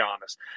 honest